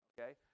Okay